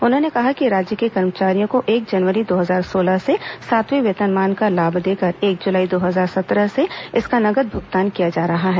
उन्होंने कहा कि राज्य के कर्मचारियों को एक जनवरी दो हजार सोलह से सातवें वेतनमान का लाभ देकर एक जुलाई दो हजार सत्रह से इसका नगद भूगतान किया जा रहा है